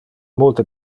multe